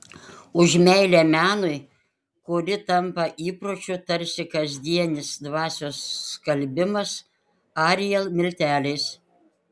už meilę menui kuri tampa įpročiu tarsi kasdienis dvasios skalbimas ariel milteliais